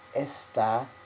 está